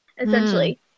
essentially